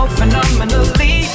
phenomenally